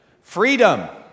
Freedom